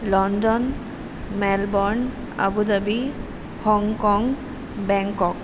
London Melbourne Abu Dhabi Hong Kong Bangkok